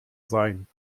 sein